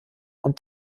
und